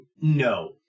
No